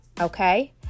Okay